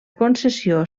concessió